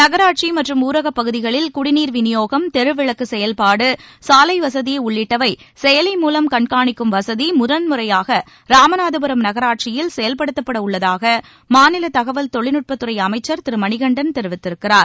நகராட்சி மற்றும் ஊரகப்பகுதிகளில் குடிநீர் விநியோகம் தெருவிளக்கு செயல்பாடு சாலை வசதி உள்ளிட்டவை செயலி மூலம் கண்காணிக்கும் வசதி முதன்முறையாக ராமநாதபுரம் நகராட்சியில் செயல்படுத்தப்பட உள்ளதாக மாநில தகவல் தொழில்நுட்பத்துறை அமைச்சர் திரு மணிகண்டன் தெரிவித்திருக்கிறார்